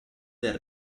del